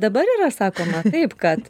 dabar yra sakoma taip kad